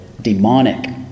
demonic